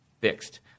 fixed